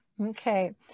Okay